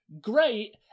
great